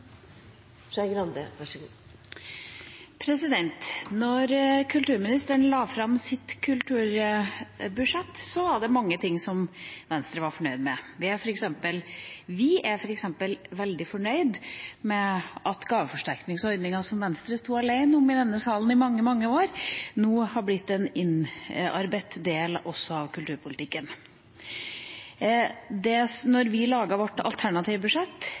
om det, så det kan jeg dessverre ikke svare på. Replikkordskiftet er omme. Da kulturministeren la fram sitt kulturbudsjett, var det mange ting som Venstre var fornøyd med. Vi er f.eks. veldig fornøyd med at gaveforsterkningsordninga, som Venstre sto alene om i denne salen i mange, mange år, nå har blitt en innarbeidet del av kulturpolitikken. Da vi laget vårt alternative budsjett